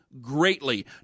greatly